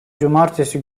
cumartesi